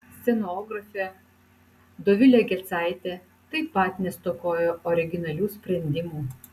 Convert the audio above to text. scenografė dovilė gecaitė taip pat nestokojo originalių sprendimų